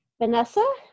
Vanessa